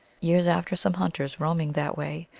years after some hunters, roaming that way,